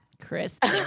crispy